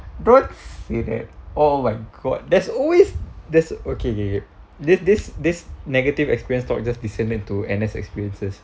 brought fit it oh my god there's always there's okay okay K this this this negative experience talk just to N_S experiences